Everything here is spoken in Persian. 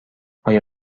آیا